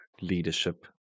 leadership